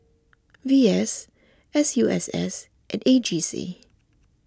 V S S U S S and A G C